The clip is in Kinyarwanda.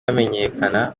bamenyekana